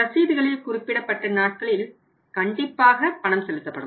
ரசீதுகளில் குறிப்பிடப்பட்ட நாட்களில் கண்டிப்பாக பணம் செலுத்தப்படும்